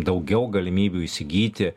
daugiau galimybių įsigyti